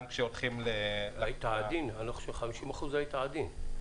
גם כשהולכים -- 50% - היית עדין.